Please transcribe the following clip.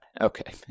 Okay